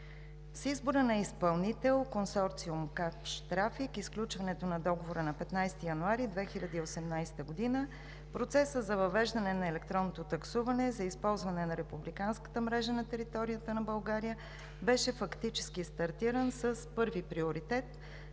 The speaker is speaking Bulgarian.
С избора на изпълнител – консорциум „Капш Трафик“, и сключване на договора на 15 януари 2018 г. процесът за въвеждане на електронното таксуване за използване на републиканската мрежа на територията на България беше фактически стартиран с първи приоритет: